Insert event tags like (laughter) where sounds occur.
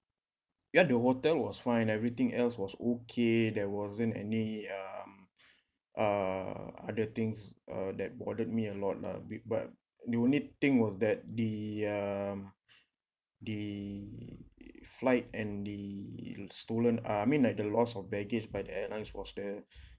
ya the hotel was fine everything else was okay there wasn't any um (breath) uh other things uh that bothered me a lot lah b~ but the only thing was that the um the flight and the stolen uh I mean like the loss of baggage by airline was the (breath)